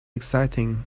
exciting